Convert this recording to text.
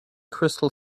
crystal